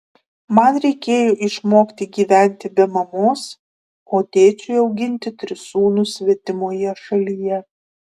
man reikėjo išmokti gyventi be mamos o tėčiui auginti tris sūnus svetimoje šalyje